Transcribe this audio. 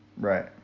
Right